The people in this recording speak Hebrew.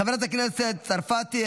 חברת הכנסת צרפתי,